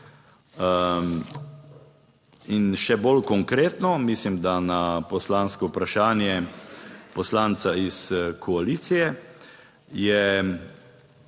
In še bolj konkretno, mislim, da na poslansko vprašanje poslanca iz koalicije, je